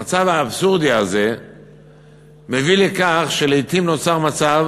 המצב האבסורדי הזה מביא לכך שלעתים נוצר מצב